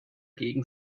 gegen